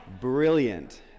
Brilliant